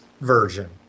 version